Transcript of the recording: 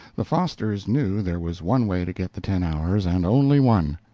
the fosters knew there was one way to get the ten hours, and only one.